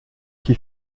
qui